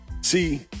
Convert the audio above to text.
See